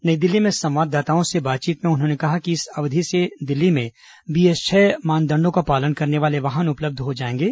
नई दिल्ली में संवाददाताओं से बातचीत में उन्होंने बताया कि इस अवधि से दिल्ली में बीएस छह मानदंडों का पालन करने वाले वाहन उपलब्ध हो जाएंगे